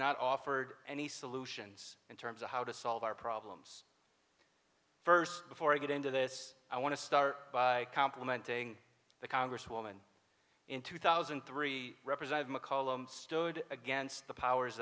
not offered any solutions in terms of how to solve our problems first before i get into this i want to start by complimenting the congresswoman in two thousand and three represented mccollum stood against the powers